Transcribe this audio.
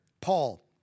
Paul